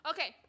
Okay